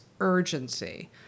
urgency